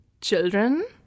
children